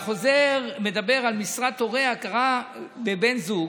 החוזר מדבר על משרת הורה, הכרה בבן זוג.